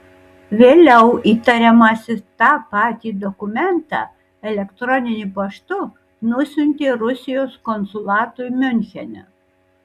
vėliau įtariamasis tą patį dokumentą elektroniniu paštu nusiuntė rusijos konsulatui miunchene